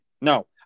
No